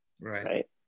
Right